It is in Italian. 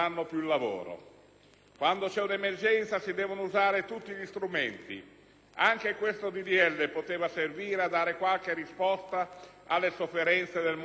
Quando c'è un'emergenza si devono usare tutti gli strumenti: anche questo disegno di legge poteva servire a dare qualche risposta alle sofferenze del mondo del lavoro.